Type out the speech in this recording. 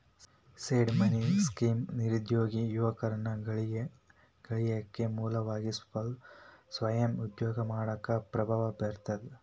seed money scheme ನಿರುದ್ಯೋಗಿ ಯುವಕರನ್ನ ಗಳಿಕೆಯ ಮೂಲವಾಗಿ ಸ್ವಯಂ ಉದ್ಯೋಗ ಮಾಡಾಕ ಪ್ರಭಾವ ಬೇರ್ತದ